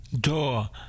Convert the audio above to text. door